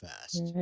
fast